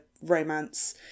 romance